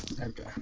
Okay